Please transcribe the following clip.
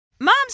moms